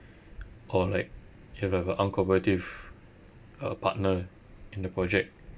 or like you have a uncooperative uh partner in the project